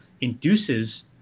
induces